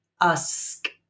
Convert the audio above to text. ask